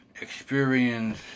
experience